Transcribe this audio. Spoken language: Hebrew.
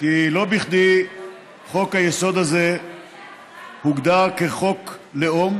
כי לא בכדי חוק-היסוד הזה הוגדר כחוק לאום